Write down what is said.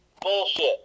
bullshit